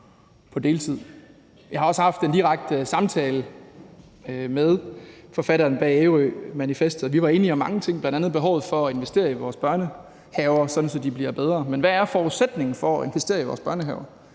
på deltid. Jeg har også haft en direkte samtale med forfatteren bag »ÆRØ MANIFESTET«, og vi var enige om mange ting, bl.a. behovet for at investere i vores børnehaver, sådan at de bliver bedre. Men hvad er forudsætningen for at investere i vores børnehaver?